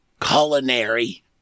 Culinary